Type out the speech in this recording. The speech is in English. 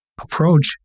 approach